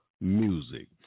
music